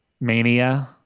mania